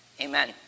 amen